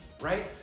right